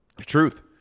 Truth